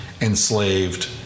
enslaved